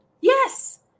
Yes